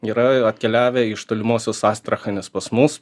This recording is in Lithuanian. yra atkeliavę iš tolimosios astrachanės pas mus